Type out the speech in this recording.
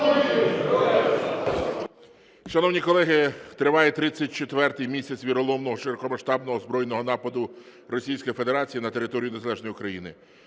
Шановні колеги, триває 34-й місяць віроломного широкомасштабного збройного нападу Російської Федерації на територію незалежної України.